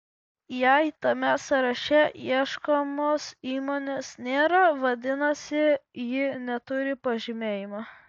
jei tame sąraše ieškomos įmonės nėra vadinasi ji neturi pažymėjimo